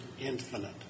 infinite